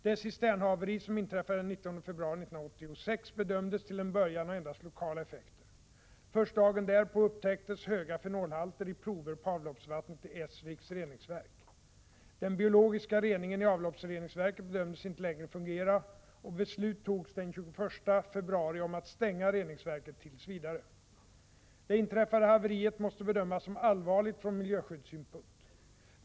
Det cisternhaveri som inträffade den 19 februari 1986 bedömdes till en början ha endast lokala effekter. Först dagen därpå upptäcktes höga fenolhalter i prover på avloppsvattnet i Essviks reningsverk. Den biologiska reningen i avloppsreningsverket bedömdes inte längre fungera, och beslut togs den 21 februari om att stänga reningsverket tills vidare. Det inträffade haveriet måste bedömas som allvarligt från miljöskyddssynpunkt.